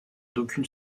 d’aucune